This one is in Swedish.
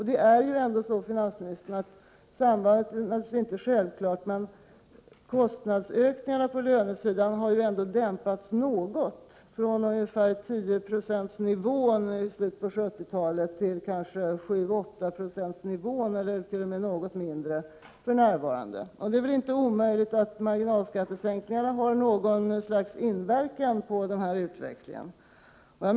Även om sambandet naturligtvis inte är självklart har kostnadsökningarna på lönesidan dämpats något, från ungefär 10 96 i slutet av 1970-talet till kanske 7-8 90 och t.o.m. något lägre för närvarande. Det är väl inte omöjligt att marginalskattesänkningarna har haft något slags inverkan på denna utveckling.